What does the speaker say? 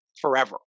forever